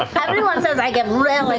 ah everyone says i give really